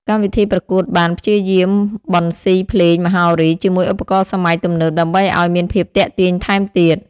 កម្មវិធីប្រកួតបានព្យាយាមបន្ស៊ីភ្លេងមហោរីជាមួយឧបករណ៍សម័យទំនើបដើម្បីឲ្យមានភាពទាក់ទាញថែមទៀត។